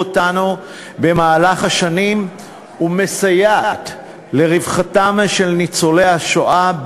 אותנו במהלך השנים ומסייעת לרווחתם של ניצולי השואה,